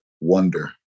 wonder